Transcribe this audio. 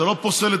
זה לא פוסל את,